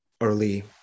early